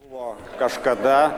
buvo kažkada